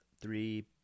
three